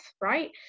right